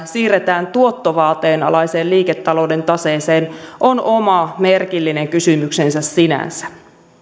siirretään tuottovaateen alaiseen liiketalouden taseeseen on oma merkillinen kysymyksensä sinänsä